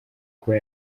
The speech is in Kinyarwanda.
kuba